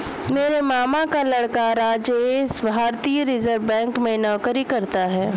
मेरे मामा का लड़का राजेश भारतीय रिजर्व बैंक में नौकरी करता है